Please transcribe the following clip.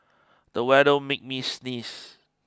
the weather made me sneeze